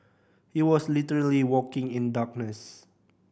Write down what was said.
he was literally walking in darkness